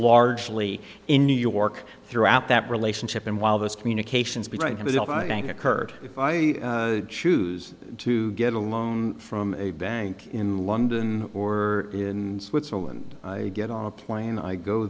largely in new york throughout that relationship and while those communications between himself occurred if i choose to get a loan from a bank in london or in switzerland i get on a plane i go